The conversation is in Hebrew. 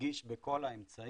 נגיש בכל האמצעים,